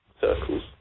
circles